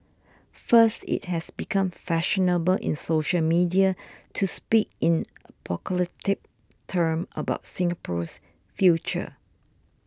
first it has become fashionable in social media to speak in apocalyptic terms about Singapore's future